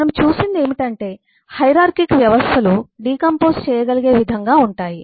మనము చూసింది ఏమిటంటే హైరార్కిక్ వ్యవస్థలు డికాంపొస్ చేయగలిగే విధంగా ఉంటాయి